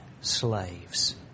slaves